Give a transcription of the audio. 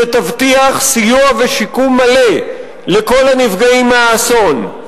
שתבטיח סיוע ושיקום מלא לכל הנפגעים מהאסון.